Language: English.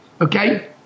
Okay